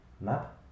map